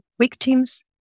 victims